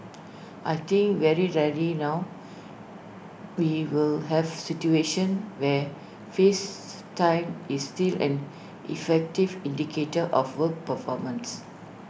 I think very rarely now we will have situations where face time is still an effective indicator of work performance